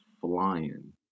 flying